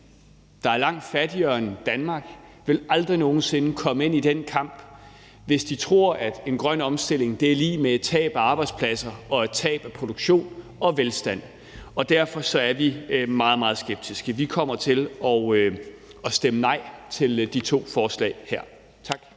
der er langt fattigere end Danmark, vil aldrig nogen sinde komme ind i den kamp, hvis de tror, at en grøn omstilling er lig med et tab af arbejdspladser, produktion og velstand. Derfor er vi meget, meget skeptiske. Vi kommer til at stemme imod de her to forslag. Tak.